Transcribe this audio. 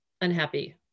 unhappy